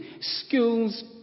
school's